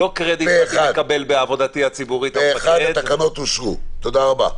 הצבעה תקנות סמכויות מיוחדות להתמודדות